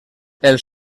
els